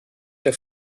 der